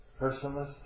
personalist